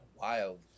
wild